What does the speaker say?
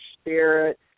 Spirit